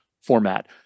format